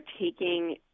taking